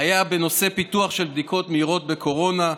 היה בנושא פיתוח של בדיקות מהירות בקורונה,